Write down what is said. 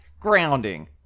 grounding